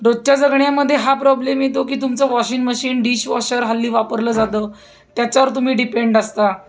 रोजच्या जगण्यामधे हा प्रॉब्लेम येतो की तुमचं वॉशिंग मशीन डिशवॉशर हल्ली वापरलं जातं त्याच्यावर तुम्ही डिपेंड असता